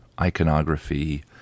iconography